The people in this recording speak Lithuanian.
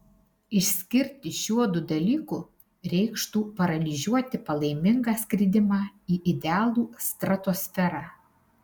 išskirti šiuodu dalyku reikštų paralyžiuoti palaimingą skridimą į idealų stratosferą